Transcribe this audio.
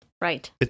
Right